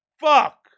Fuck